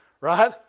right